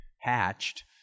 hatched